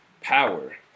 power